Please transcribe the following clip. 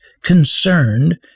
concerned